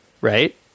right